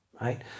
right